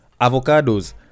Avocados